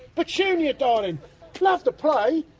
petunia, darlin'! loved the play,